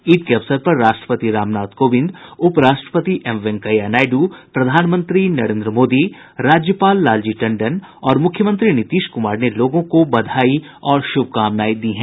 ईद के अवसर पर राष्ट्रपति रामनाथ कोविंद उप राष्ट्रपति एम वेंकैया नायडू प्रधानमंत्री नरेन्द्र मोदी राज्यपाल लालजी टंडन और मुख्यमंत्री नीतीश कुमार ने लोगों को बधाई और शुभकामनाएं दी हैं